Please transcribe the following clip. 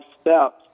steps